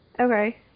Okay